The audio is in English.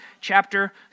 chapter